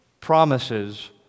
promises